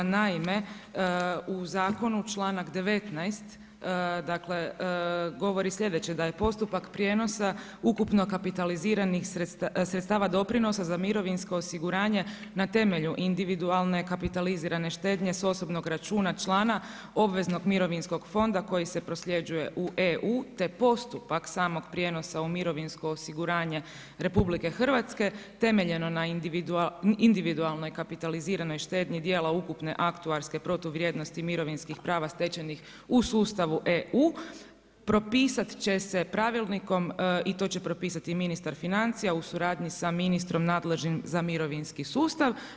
Naime, u zakonu članak 19. dakle govori sljedeće, da je postupak prijenosa ukupno kapitaliziranih sredstava doprinosa za mirovinsko osiguranje na temelju individualne kapitalizirane štednje s osobnog računa člana obveznog mirovinskog fonda koji se prosljeđuje u EU, te postupak samog prijenosa u mirovinsko osiguranje RH temeljeno na individualnoj kapitaliziranoj štednji dijela ukupne aktuarske protuvrijednosti mirovinskih prava stečenih u sustavu EU propisat će se pravilnikom i to će propisati ministar financija u suradnji sa ministrom nadležnim za mirovinski sustav.